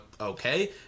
okay